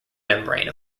membrane